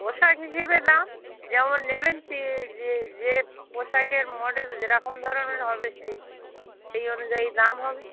পোশাক হিসেবে দাম যেমন নেবেন যে পোশাকের মডেল যে রকমের হবে সেই সেই অনুযায়ী দাম হবে